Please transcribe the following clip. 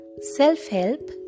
self-help